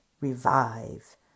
revive